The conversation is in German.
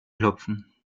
klopfen